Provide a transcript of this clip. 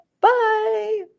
Bye